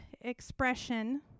expression